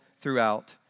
throughout